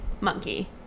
monkey